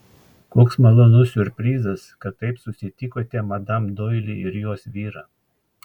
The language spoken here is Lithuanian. koks malonus siurprizas kad taip susitikote madam doili ir jos vyrą